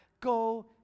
go